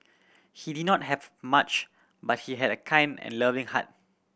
he did not have much but he had a kind and loving heart